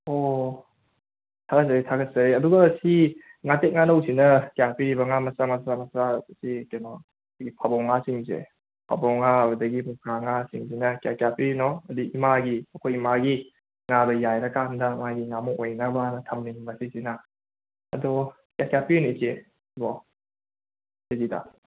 ꯑꯣ ꯊꯥꯒꯠꯆꯔꯤ ꯊꯥꯒꯠꯆꯔꯤ ꯑꯗꯨꯒ ꯁꯤ ꯉꯥꯇꯦꯛ ꯉꯥꯅꯧꯁꯤꯅ ꯀꯌꯥ ꯄꯤꯔꯤꯕ ꯉꯥ ꯃꯆꯥ ꯃꯆꯥ ꯃꯆꯥ ꯁꯦ ꯀꯩꯅꯣ ꯁꯤ ꯐꯥꯕꯧꯉꯥꯁꯤꯡꯁꯦ ꯐꯥꯕꯧꯉꯥ ꯑꯗꯒꯤ ꯃꯨꯀꯥꯉꯥꯁꯤꯡꯁꯤꯅ ꯀꯌꯥ ꯀꯌꯥ ꯄꯤꯔꯤꯅꯣ ꯑꯗꯩ ꯏꯃꯥꯒꯤ ꯑꯩꯈꯣꯏ ꯏꯃꯥꯒꯤ ꯉꯥꯗ ꯌꯥꯏꯔꯀꯥꯟꯗ ꯃꯥꯒꯤ ꯉꯥꯃꯣꯛ ꯑꯣꯏꯅꯕꯅ ꯊꯝꯃꯤ ꯃꯁꯤꯁꯤꯅ ꯑꯗꯣ ꯀꯌꯥ ꯀꯌꯥ ꯄꯤꯅꯣ ꯏꯆꯦ ꯁꯤꯕꯣ ꯏꯆꯦ ꯀꯦꯖꯤꯗ